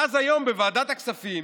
ואז היום, בוועדת הכספים,